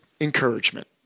Encouragement